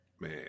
man